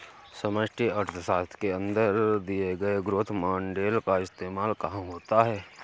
समष्टि अर्थशास्त्र के अंदर दिए गए ग्रोथ मॉडेल का इस्तेमाल कहाँ होता है?